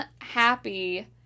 happy